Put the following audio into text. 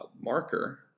marker